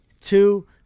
Two